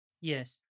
Yes